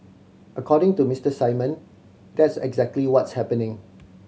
according to Mister Simon that's exactly what's happening